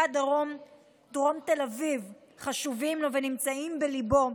דרום תל אביב חשובים לו ונמצאים בליבו,